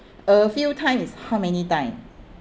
a few times is how many times